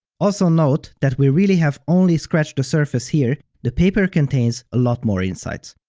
also note that we really have only scratched the surface here, the paper contains a lot more insights.